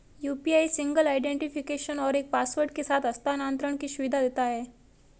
UPI single identification और एक password के साथ हस्थानांतरण की सुविधा देता है